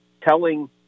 telling